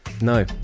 No